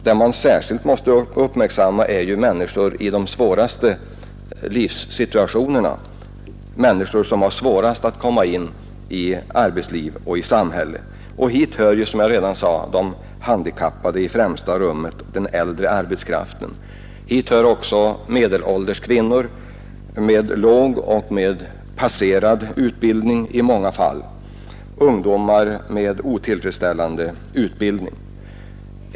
De människor som befinner sig i de svåraste situationerna, som har svårast att komma in i samhälle och arbetsliv, måste bli föremål för särskilda åtgärder. Hit hör, som jag redan framhållit, de handikappade och den äldre arbetskraften. Hit hör också medelålders kvinnor med låg och med passerad utbildning samt ungdomar med otillfredsställande utbildning.